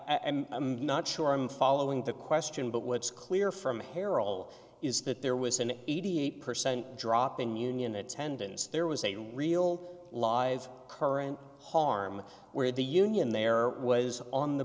routine i'm not sure i'm following the question but what's clear from harrell is that there was an eighty eight percent drop in union attendance there was a real live current harm where the union there was on the